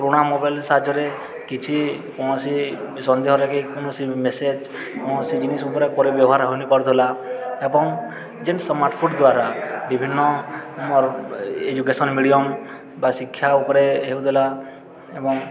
ପୁରୁଣା ମୋବାଇଲ ସାହାଯ୍ୟରେ କିଛି କୌଣସି ସନ୍ଦେହରେ କି କୌଣସି ମେସେଜ୍ କୌଣସି ଜିନିଷ ଉପରେ ପରେ ବ୍ୟବହାର ହୋଇନି ପାରୁଥିଲା ଏବଂ ଯେନ୍ ସ୍ମାର୍ଟ ଫୋନ ଦ୍ୱାରା ବିଭିନ୍ନ ଏଜୁକେସନ୍ ମିଡ଼ିୟମ୍ ବା ଶିକ୍ଷା ଉପରେ ହେଉଥିଲା ଏବଂ